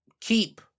keep